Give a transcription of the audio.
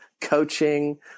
coaching